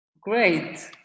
Great